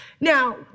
Now